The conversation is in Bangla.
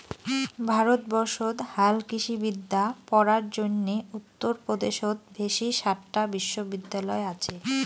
ভারতবর্ষত হালকৃষিবিদ্যা পড়ার জইন্যে উত্তর পদেশত বেশি সাতটা বিশ্ববিদ্যালয় আচে